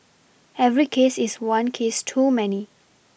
every case is one case too many